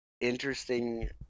interesting